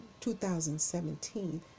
2017